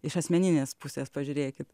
iš asmeninės pusės pažiūrėkit